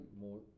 more